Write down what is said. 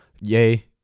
yay